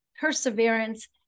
perseverance